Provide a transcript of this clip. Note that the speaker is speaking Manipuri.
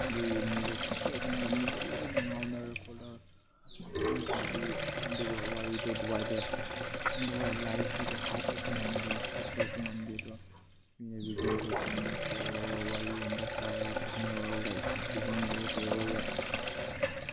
ꯑꯗꯨꯒꯤ ꯃꯤꯗꯣ ꯈꯪꯄ꯭ꯔꯦꯛ ꯈꯪꯉꯒ ꯃꯤꯗꯣ ꯂꯣꯏꯅ ꯉꯥꯎꯅꯔ ꯈꯣꯠꯅꯔ ꯑꯗꯨꯃꯥꯏ ꯇꯧꯕꯒꯤ ꯑꯗꯨꯒ ꯋꯥꯔꯤꯗꯣ ꯑꯗꯨꯋꯥꯏꯗ ꯑꯗꯨꯒ ꯂꯥꯏꯁꯤꯗ ꯍꯥꯠꯄꯁꯨ ꯉꯝꯗꯦ ꯈꯣꯠꯄꯁꯨ ꯉꯝꯗꯦ ꯑꯗꯨ ꯔꯤꯂꯤꯖꯟ ꯈꯣꯏꯒꯨꯝꯕ ꯀꯧꯔꯒ ꯋꯥꯔꯤꯒꯨꯝꯕ ꯁꯥꯔꯒ ꯐꯖꯅ ꯂꯥꯏꯛ ꯔꯤꯂꯤꯖꯟꯒꯨꯝꯕ ꯀꯧꯔꯒ